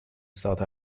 south